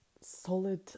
solid